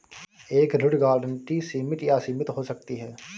एक ऋण गारंटी सीमित या असीमित हो सकती है